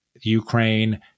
Ukraine